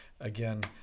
Again